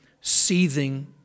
seething